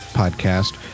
podcast